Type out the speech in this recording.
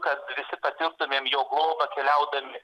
kad visi patirtumėm jo globą keliaudami